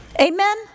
Amen